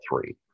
three